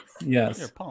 Yes